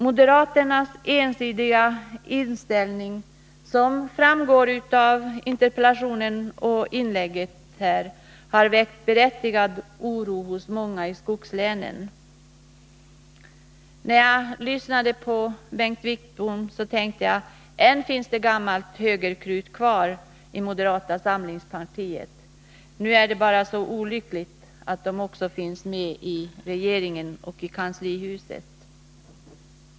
Moderaternas ensidiga inställning, som framgår av interpellationen och av Bengt Wittboms inlägg här, har väckt berättigad oro hos många i skogslänen. När jag lyssnade på Bengt Wittbom tänkte jag: Än finns det gammalt högerkrut i moderata samlingspartiet! Nu är det bara så olyckligt att moderaterna också finns med i regeringen och i kanslihuset.